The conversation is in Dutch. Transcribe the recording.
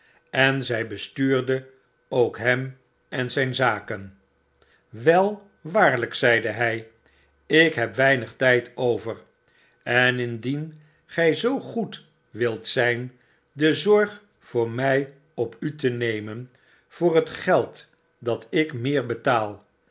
en zij bestuurde ook hem en zijn zaken wel waarlyk zeide hij ik heb weinig tyd over en indien gy zoo goed wilt zyn de zorg voor mij op u te nemen vopr het geld dat ik meer betaal